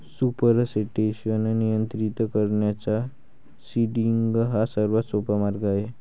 supersaturation नियंत्रित करण्याचा seeding हा सर्वात सोपा मार्ग आहे